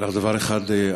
דבר אחד,